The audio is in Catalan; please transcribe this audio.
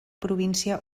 província